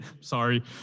sorry